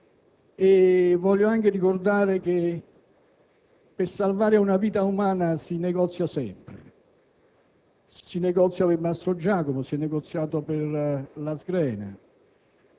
e voglio altresì ricordare che per salvare una vita umana si negozia sempre: si negozia per Mastrogiacomo, si è negoziato per Giuliana